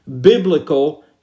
biblical